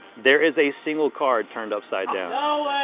there is a single card turned upside down.